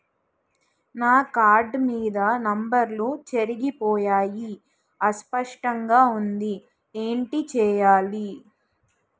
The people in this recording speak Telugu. నా కార్డ్ మీద నంబర్లు చెరిగిపోయాయి అస్పష్టంగా వుంది ఏంటి చేయాలి?